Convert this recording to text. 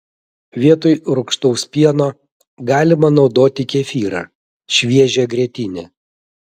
vietoj rūgštaus pieno galima naudoti kefyrą šviežią grietinę